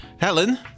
Helen